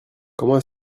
comment